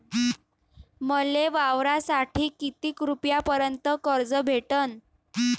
मले वावरासाठी किती रुपयापर्यंत कर्ज भेटन?